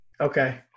Okay